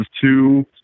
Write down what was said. two